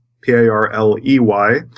P-A-R-L-E-Y